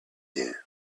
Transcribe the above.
him